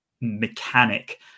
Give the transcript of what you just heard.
mechanic